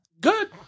Good